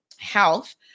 health